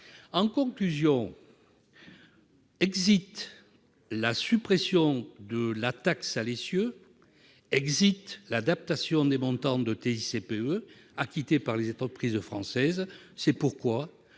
En conclusion, la suppression de la taxe à l'essieu ! l'adaptation des montants de TICPE acquittés par les entreprises françaises ! C'est pourquoi